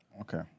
Okay